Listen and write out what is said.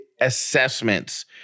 Assessments